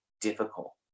difficult